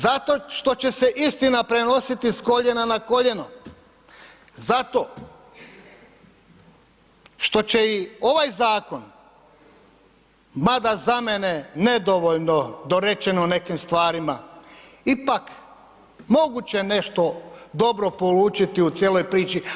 Zato što će se istina prenositi s koljena na koljeno, zato što će i ovaj zakon, mada za mene nedovoljno nedorečeno u nekim stvarima, ipak moguće nešto dobro polučiti u cijeloj priči.